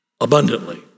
abundantly